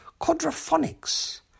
Quadraphonics